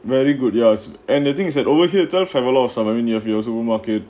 very good yours and the thing is that over here don't have a lot of some when you have your supermarket